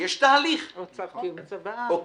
יש תהליך --- או צו קיום צוואה.